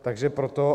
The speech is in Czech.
Takže proto.